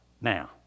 now